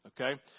Okay